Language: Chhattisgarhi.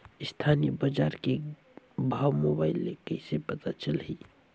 स्थानीय बजार के भाव मोबाइल मे कइसे पता चलही?